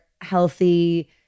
healthy